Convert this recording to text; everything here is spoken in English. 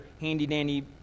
handy-dandy